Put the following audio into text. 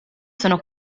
sono